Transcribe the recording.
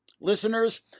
listeners